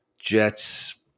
Jets